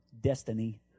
Destiny